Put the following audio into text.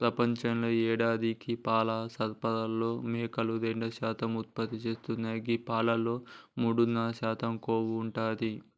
ప్రపంచంలో యేడాదికి పాల సరఫరాలో మేకలు రెండు శాతం ఉత్పత్తి చేస్తున్నాయి గీ పాలలో మూడున్నర శాతం కొవ్వు ఉంటది